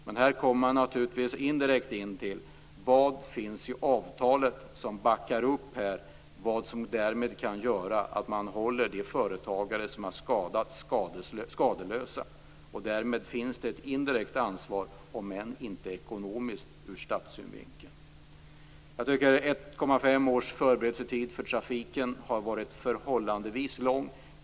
Men här kommer man indirekt in på vad som finns i avtalet som backar upp och som kan göra att man håller de företagare som har drabbats skadeslösa. Därmed finns ett indirekt ansvar om än inte ekonomiskt ut statssynvinkel. Jag tycker att ett och ett halvt års förberedelsetid för trafiken har varit en förhållandevis lång tid.